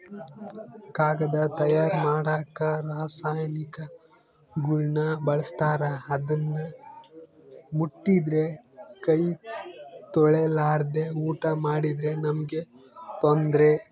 ಕಾಗದ ತಯಾರ ಮಾಡಕ ರಾಸಾಯನಿಕಗುಳ್ನ ಬಳಸ್ತಾರ ಅದನ್ನ ಮುಟ್ಟಿದ್ರೆ ಕೈ ತೊಳೆರ್ಲಾದೆ ಊಟ ಮಾಡಿದ್ರೆ ನಮ್ಗೆ ತೊಂದ್ರೆ